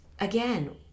again